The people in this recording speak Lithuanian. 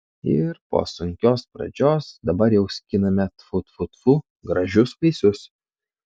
ir po sunkios pradžios dabar jau skiname tfu tfu tfu gražius vaisius